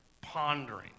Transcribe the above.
pondering